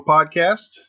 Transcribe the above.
Podcast